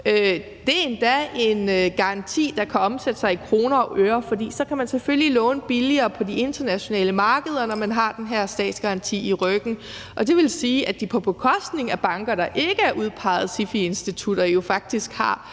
Det er endda en garanti, der kan omsætte sig i kroner og øre, for de kan selvfølgelig låne billigere på de internationale markeder, når de har den her statsgaranti i ryggen. Det vil sige, at de på bekostning af banker, der ikke er udpeget til SIFI-institutter, jo faktisk har